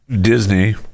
Disney